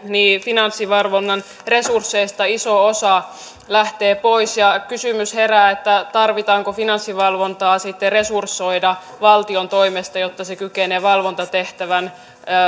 niin finanssivalvonnan resursseista iso osa lähtee pois ja herää kysymys tarvitseeko finanssivalvontaa sitten resursoida valtion toimesta jotta se kykenee valvontatehtävän